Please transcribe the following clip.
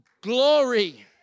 glory